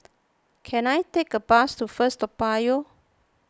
can I take a bus to First Toa Payoh